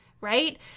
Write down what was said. right